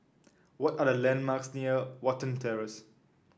what are the landmarks near Watten Terrace